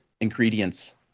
ingredients